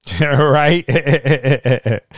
Right